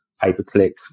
pay-per-click